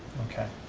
okay.